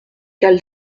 quel